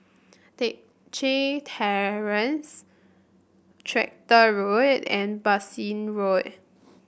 Teck Chye Terrace Tractor Road and Bassein Road